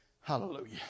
Hallelujah